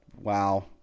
wow